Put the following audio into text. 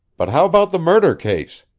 but how about the murder case?